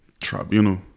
Tribunal